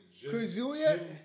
Kazuya